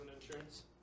insurance